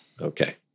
Okay